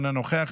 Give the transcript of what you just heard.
אינו נוכח,